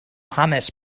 hanes